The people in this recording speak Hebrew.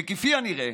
וכפי הנראה,